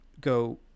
go